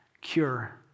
cure